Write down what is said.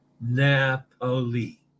Napoli